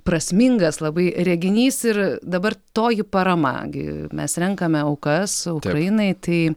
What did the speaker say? prasmingas labai reginys ir dabar toji parama gi mes renkame aukas ukrainai tai